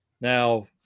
Now